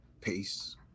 Peace